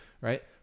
right